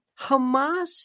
Hamas